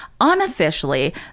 Unofficially